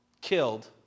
killed